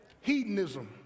Hedonism